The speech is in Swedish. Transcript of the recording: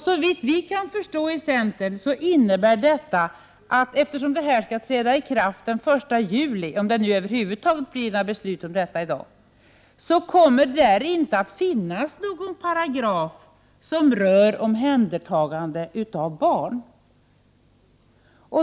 Såvitt vi kan förstå innebär detta, eftersom lagen skall träda i kraft den 1 juli om det över huvud taget blir något beslut i dag, kommer det i lagen inte att finnas någon paragraf som rör omhändertagande av barn.